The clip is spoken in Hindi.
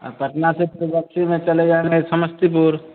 और पटना से फ़िर बसी में चले जाएँगे समस्तीपुर